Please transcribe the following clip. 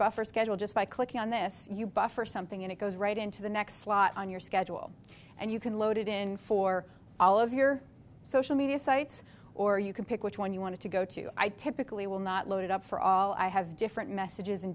buffer schedule just by clicking on this you buffer something and it goes right into the next slot on your schedule and you can load it in for all of your social media sites or you can pick which one you want to go to i'd typically will not loaded up for all i have different messages and